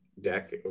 deck